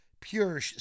pure